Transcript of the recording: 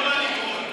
לא מהליכוד,